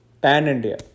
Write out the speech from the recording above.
Pan-India